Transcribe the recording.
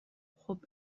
خوب